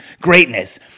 greatness